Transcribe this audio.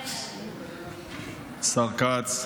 השר כץ,